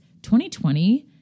2020